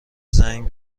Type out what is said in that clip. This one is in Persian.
زنگ